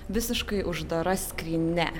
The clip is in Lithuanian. visiškai uždara skrynia